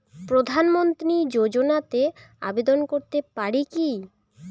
প্রধানমন্ত্রী যোজনাতে আবেদন করতে পারি কি?